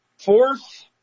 Fourth